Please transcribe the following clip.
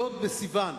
י' בסיוון,